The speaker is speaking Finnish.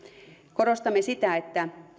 korostamme sitä että